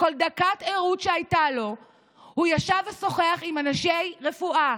וכל דקת ערות שהייתה לו הוא ישב ושוחח עם אנשי רפואה,